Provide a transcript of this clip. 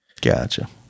gotcha